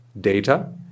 data